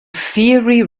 fiery